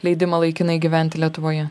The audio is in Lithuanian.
leidimą laikinai gyventi lietuvoje